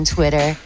Twitter